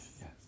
yes